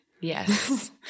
Yes